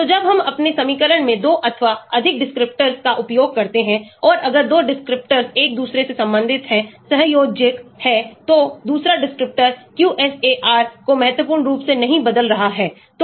तो जब हम अपने समीकरण में 2 अथवा अधिक descriptors का उपयोग करते हैं औरअगर 2 descriptors एक दूसरे से संबंधित हैं सहसंयोजक हैं तो दूसरा descriptor QSAR को महत्वपूर्ण रूप से नहीं बदल रहा है